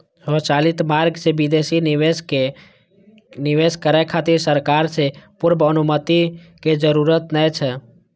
स्वचालित मार्ग सं विदेशी निवेशक कें निवेश करै खातिर सरकार सं पूर्व अनुमति के जरूरत नै छै